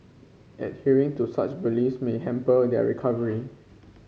adhering to such beliefs may hamper their recovery